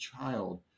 child